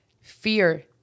Fear